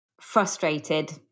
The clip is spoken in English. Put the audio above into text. frustrated